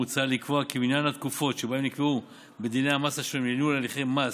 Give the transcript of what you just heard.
מוצע לקבוע כי מניין התקופות שנקבעו בדיני המס השונים לניהול הליכי מס